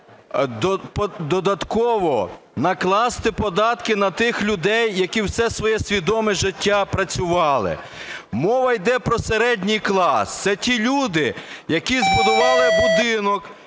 додатково накласти податки на тих людей, які все своє свідоме життя працювали. Мова йде про середній клас – це ті люди, які збудували будинок